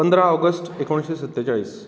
पंदरा ऑगस्ट एकोणिसशें सत्तेचाळीस